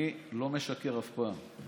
אני לא משקר אף פעם.